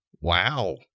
Wow